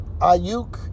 Ayuk